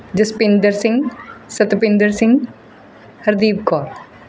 Jaspinder Singh Satpinder Singh Hardeep Kaur